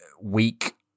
weak